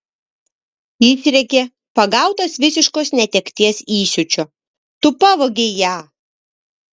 išrėkė pagautas visiškos netekties įsiūčio tu pavogei ją